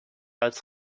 als